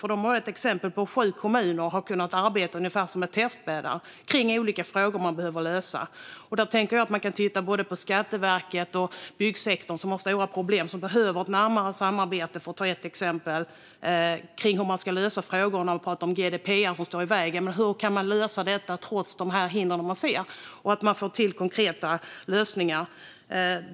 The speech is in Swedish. Där finns ett exempel med sju kommuner som har kunnat arbeta med testbäddar, ungefär, kring olika frågor som behöver lösas. Där kan man titta på både Skatteverket och byggsektorn, som har stora problem. Där behövs ett närmare samarbete till exempel om hur man ska lösa frågor kring GDPR, som står i vägen, och hur kan man lösa detta trots de hinder man ser och få till konkreta lösningar.